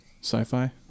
Sci-Fi